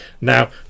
now